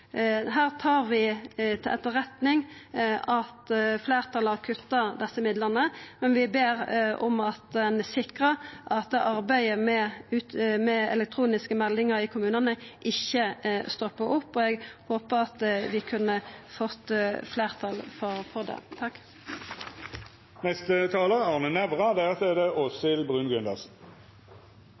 Her tar vi til etterretning at fleirtalet har kutta desse midlane, men vi ber om at ein sikrar at arbeidet med elektroniske meldingar i kommunane ikkje stoppar opp, og eg hadde håpa at vi kunne få fleirtal for det. Aller først: Vi skal være riktig stolte av det